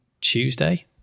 Tuesday